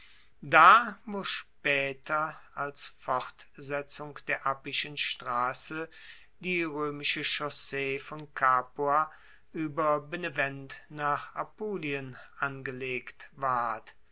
da wo spaeter als fortsetzung der appischen strasse die roemische chaussee von capua ueber benevent nach apulien angelegt ward